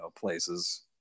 places